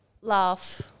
laugh